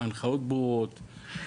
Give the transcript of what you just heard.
ההנחיות ברורות,